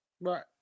Right